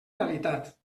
realitat